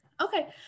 okay